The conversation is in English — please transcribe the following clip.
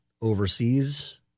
overseas